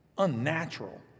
Unnatural